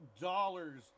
dollars